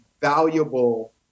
valuable